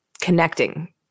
connecting